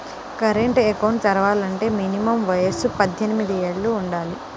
current account తెరవాలంటే minimum వయసు పద్దెనిమిది యేళ్ళు వుండాలి